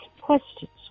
questions